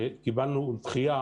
קיבלנו את הדחייה